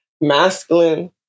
masculine